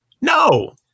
No